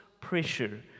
pressure